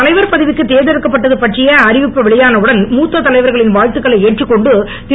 தலைவர் பதவிக்கு தேர்ந்தெடுக்கப்பட்டது பற்றிய அறிவிப்பு வெளியான உடன் மூத்த தலைவர்களின் வாழ்த்துக்களை ஏற்றுக் கொண்டு திரு